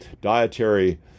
dietary